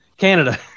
Canada